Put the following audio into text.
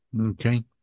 Okay